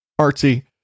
artsy